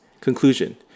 Conclusion